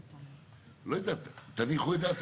במקוריות הזאת אני חושב שאני נוגע,